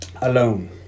alone